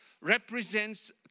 represents